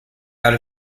out